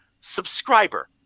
subscriber